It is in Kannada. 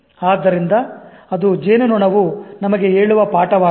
ಆದ್ದರಿಂದ ಅದು ಜೇನುನೊಣವು ನಮಗೆ ಹೇಳುವ ಪಾಠವಾಗಿದೆ